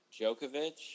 Djokovic